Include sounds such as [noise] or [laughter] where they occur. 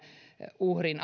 uhrin [unintelligible]